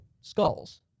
skulls